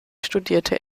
studierte